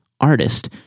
artist